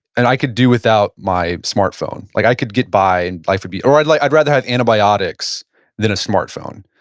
and i could do without my smartphone, like i could get by and life would be, or i'd like i'd rather have antibiotics than a smartphone.